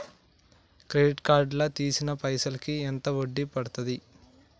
Credit card లా తీసిన పైసల్ కి ఎంత వడ్డీ పండుద్ధి?